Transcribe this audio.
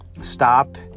stop